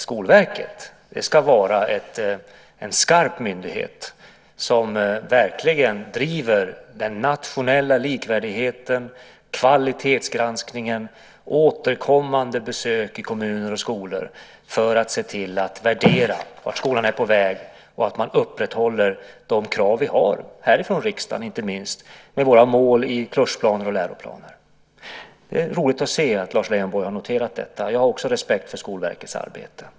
Skolverket ska nämligen vara en skarp myndighet som verkligen driver den nationella likvärdigheten, kvalitetsgranskningen och återkommande besök i kommuner och skolor för att se till att värdera vart skolan är på väg och att man upprätthåller de krav som vi har, inte minst härifrån riksdagen, med våra mål i kursplaner och läroplaner. Det är roligt att se att Lars Leijonborg har noterat detta. Jag har också respekt för Skolverkets arbete.